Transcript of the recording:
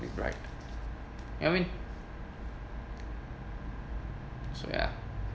bright got I mean so ya